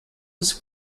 was